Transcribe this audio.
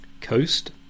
coast